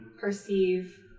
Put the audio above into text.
perceive